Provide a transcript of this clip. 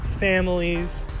families